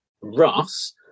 Russ